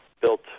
Built